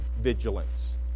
vigilance